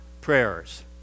prayers